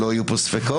שלא יהיו פה ספקות.